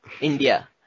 India